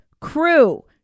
crew